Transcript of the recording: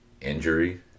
injury